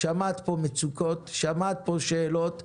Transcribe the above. שמעת פה מצוקות, שמעת פה שאלות,